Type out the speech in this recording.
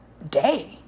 day